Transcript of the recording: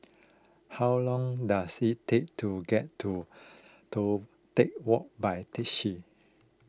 how long does it take to get to Toh Tuck Walk by taxi